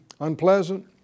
unpleasant